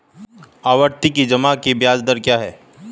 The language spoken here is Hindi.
आवर्ती जमा की ब्याज दर क्या है?